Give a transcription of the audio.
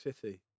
City